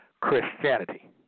Christianity